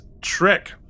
trick